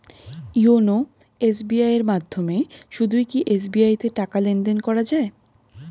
YONO SBI এর মাধ্যমে শুধুই কি এস.বি.আই তে টাকা লেনদেন করা যায়?